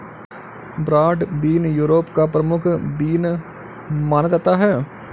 broad bean Europe का प्रमुख bean माना जाता है